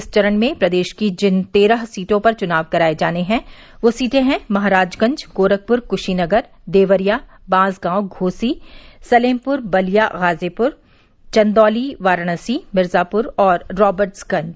इस चरण में प्रदेश की जिन तेरह सीटों पर चुनाव कराये जाने हैं वो सीटें हैं महराजगंज गोरखप्र क्शीनगर देवरिया बांसगांव घोसी सलेमप्र बलिया गाजीप्र चन्दौली वाराणसी मिर्जाप्र और राबट्सगंज